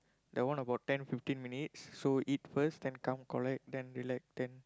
that one about ten fifteen minutes so eat first then come collect then relax ten